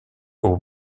aux